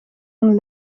een